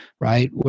right